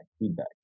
feedback